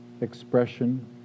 expression